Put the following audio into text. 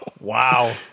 Wow